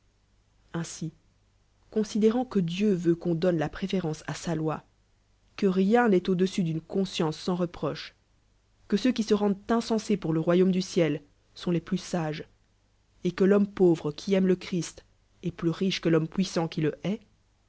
ainsi considérant que dieu yeutqu'on donne la préférence à sa loi que rien n'est au dessus d'une conscience sans l'eproche que ceux qui le rélldent insensés pour le royaume du ciel sont les plus sages et que l'homme pauvre qui aime le christ est plus riche que l'homme puissant q i le hait